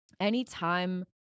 Anytime